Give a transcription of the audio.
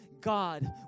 God